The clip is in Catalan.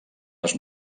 les